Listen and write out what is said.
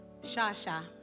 Shasha